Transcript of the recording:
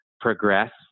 progress